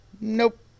Nope